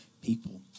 people